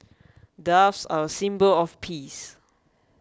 doves are a symbol of peace